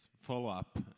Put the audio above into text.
follow-up